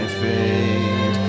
fade